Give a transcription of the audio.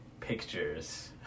pictures